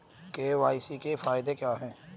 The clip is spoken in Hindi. के.वाई.सी के फायदे क्या है?